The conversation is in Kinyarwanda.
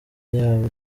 yabo